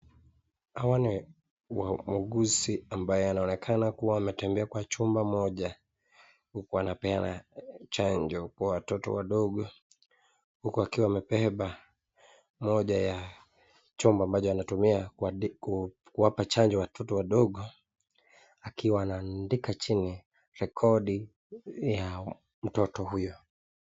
Hawa ni muuguzi ambaye anaonekana kuwa ametembea kwa chumba moja huku anapeana chanjo kwa watoto wadogo. Huku akiwa amebeba moja ya chombo ambacho anatumia kuwapa chanjo watoto wadogo akiwa anaandika chini rekodi ya mtoto huyo.